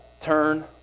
turn